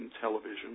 television